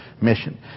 mission